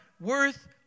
worth